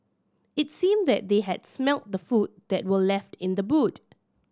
it seemed that they had smelt the food that were left in the boot